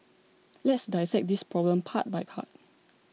let's dissect this problem part by part